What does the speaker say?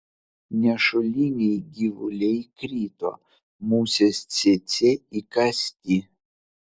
nešuliniai gyvuliai krito musės cėcė įkąsti